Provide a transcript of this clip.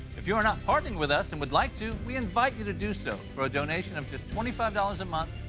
if you are not partnering with us and would like to we invite you to do so for a donation of just twenty five dollars a month,